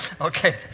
Okay